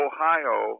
Ohio